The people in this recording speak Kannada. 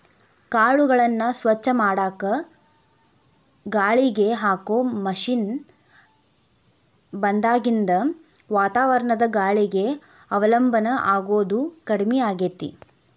ಕಾಳುಗಳನ್ನ ಸ್ವಚ್ಛ ಮಾಡಾಕ ಗಾಳಿಗೆ ಹಾಕೋ ಮಷೇನ್ ಬಂದಾಗಿನಿಂದ ವಾತಾವರಣದ ಗಾಳಿಗೆ ಅವಲಂಬನ ಆಗೋದು ಕಡಿಮೆ ಆಗೇತಿ